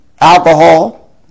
alcohol